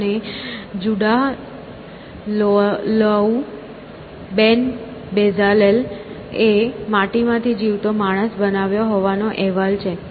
અને Judah Loew ben Bezalel એ માટીમાંથી જીવતો માણસ બનાવ્યો હોવાનો અહેવાલ છે